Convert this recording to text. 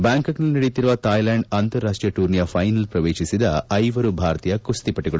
ಬ್ಲಾಂಕಾಕ್ನಲ್ಲಿ ನಡೆಯುತ್ತಿರುವ ಥಾಯ್ಲೆಂಡ್ ಅಂತಾರಾಷ್ಷೀಯ ಟೂರ್ನಿಯ ಫೈನಲ್ ಪ್ರವೇಶಿಸಿದ ಐವರು ಭಾರತೀಯ ಕುಸ್ತಿಪಟುಗಳು